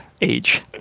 age